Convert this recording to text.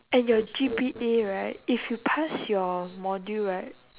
and your G_P_A right if you pass your module right